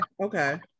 okay